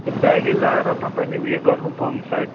त्यो बेगी लगाएर तपाईँले उयो गर्नु भयो भने सायद